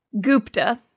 Gupta